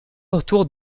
autour